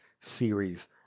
Series